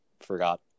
forgot